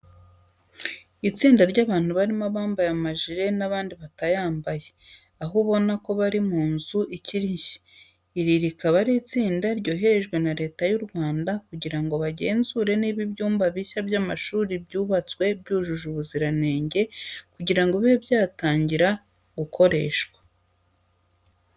Ni itsinda ry'abantu harimo abambaye amajire n'abandi batayambaye, aho ubona ko bari mu nzu ikiri nshya. Iri rikaba ari itsinda ryoherejwe na Leta y'u Rwanda kugira ngo bagenzure niba ibyumba bishya by'amashuri byubatswe byujuje ubuziranenge kugira ngo bibe byatangira gukoreshwa.